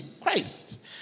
Christ